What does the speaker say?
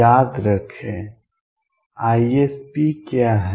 याद रखें isp क्या है